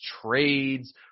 trades